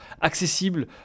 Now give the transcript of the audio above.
accessible